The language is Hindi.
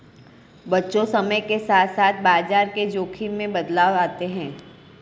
बच्चों समय के साथ साथ बाजार के जोख़िम में बदलाव आते हैं